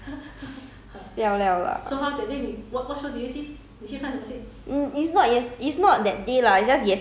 !huh! still got still need to talk for fifty minutes siao liao lah